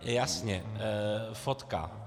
Jasně, fotka.